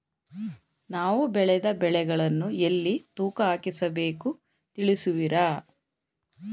ನಾವು ಬೆಳೆದ ಬೆಳೆಗಳನ್ನು ಎಲ್ಲಿ ತೂಕ ಹಾಕಿಸಬೇಕು ತಿಳಿಸುವಿರಾ?